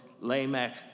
Lamech